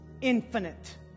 infinite